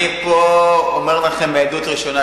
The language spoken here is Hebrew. אני פה אומר לכם מעדות ראשונה.